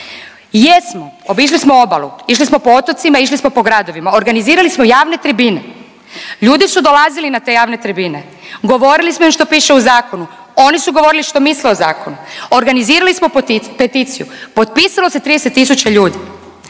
Jedno, obišli smo obalu, išli smo po otocima, išli smo po gradovima, organizirali smo javne tribine. Ljudi su dolazili na te javne tribine, govorili smo im što piše u zakonu. Oni su govorili što misle o zakonu. Organizirali smo peticiju, potpisalo se 30 tisuća ljudi.